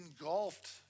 engulfed